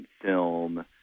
film